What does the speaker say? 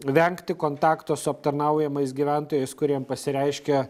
vengti kontakto su aptarnaujamais gyventojais kuriem pasireiškia